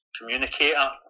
communicator